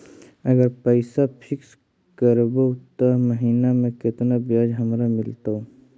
अगर पैसा फिक्स करबै त महिना मे केतना ब्याज हमरा मिलतै?